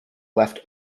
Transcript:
left